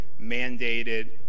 mandated